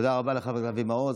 תודה רבה לחבר הכנסת אבי מעוז.